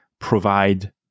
provide